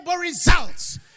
results